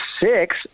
six